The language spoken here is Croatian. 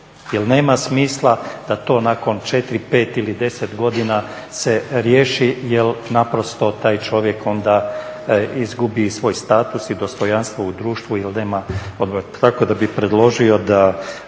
nema smisla da to nakon 4, 5 ili 10 godina se riješi jer naprosto taj čovjek onda izgubi i svoj status i dostojanstvo u društvu ili da